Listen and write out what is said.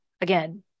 again